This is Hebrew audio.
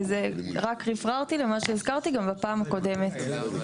וזה רק הבהרתי למה שהזכרתי בפעם הקודמת.